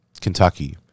Kentucky